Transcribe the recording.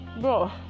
bro